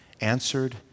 answered